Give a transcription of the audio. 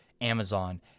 Amazon